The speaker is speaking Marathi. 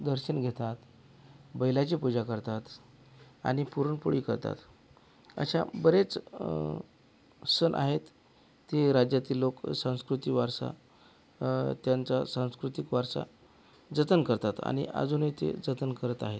दर्शन घेतात बैलाची पूजा करतात आणि पुरणपोळी करतात अशा बरेच सण आहेत ते राज्यातील लोक सांस्कृतिक वारसा त्यांचा सांस्कृतिक वारसा जतन करतात आणि अजूनही ते जतन करत आहेत